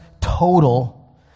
total